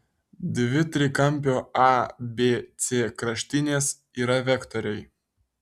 dvi trikampio abc kraštinės yra vektoriai